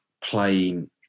playing